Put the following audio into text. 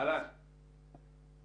שלום לכולם,